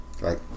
Right